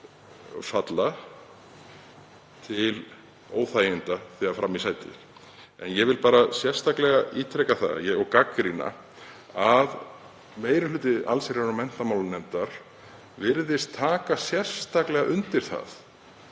falla til óþæginda þegar fram í sækir. Ég vil sérstaklega ítreka það og gagnrýna að meiri hluti allsherjar- og menntamálanefndar virðist taka sérstaklega undir það